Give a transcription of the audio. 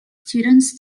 students